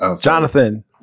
Jonathan